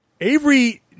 Avery